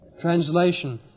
Translation